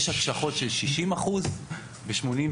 יש הקשחות של 60% ו-80%.